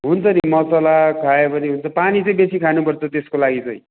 हुन्छ नि मसला खायो भने हुन्छ पानी चाहिँ बेसी खानुपर्छ त्यसको लागि चाहिँ